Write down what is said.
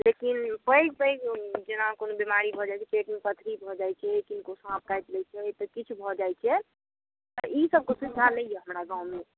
लेकिन पैघ पैघ जेना कोनो बीमारी भऽ जाइत छै पेटमे पथरी भऽ जाइत छै किनको साँप काटि लै छै तऽ किछु भऽ जाइत छै तऽ ईसबके सुविधा नहि यऽ हमरा गाँवमे